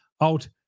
out